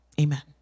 amen